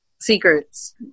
Secrets